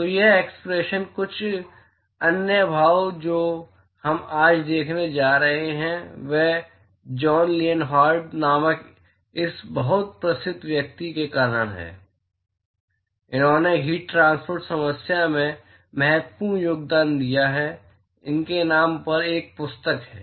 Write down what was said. तो यह एक्सप्रेशन और कुछ अन्य भाव जो हम आज देखने जा रहे हैं वह जॉन लियनहार्ड नामक इस बहुत प्रसिद्ध व्यक्ति के कारण है उन्होंने हीट ट्रांसपोर्ट समस्या में महत्वपूर्ण योगदान दिया है कि उनके नाम पर एक पुस्तक है